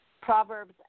Proverbs